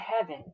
heaven